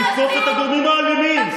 לתקוף את הגורמים האלימים.